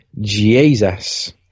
Jesus